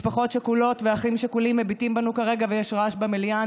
משפחות שכולות ואחים שכולים מביטים בנו כרגע ויש רעש במליאה.